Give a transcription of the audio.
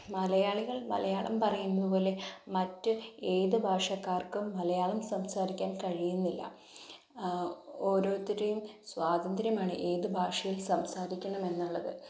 മലയാളികൾ മലയാളം പറയുന്നതുപോലെ മറ്റ് ഏത് ഭാഷക്കാർക്കും മലയാളം സംസാരിക്കാൻ കഴിയുന്നില്ല ഓരോരുത്തരെയും സ്വാതന്ത്ര്യമാണ് ഏത് ഭാഷയിൽ സംസാരിക്കണമെന്നുള്ളത്